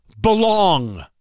Belong